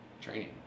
training